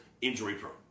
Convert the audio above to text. injury-prone